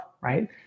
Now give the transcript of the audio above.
right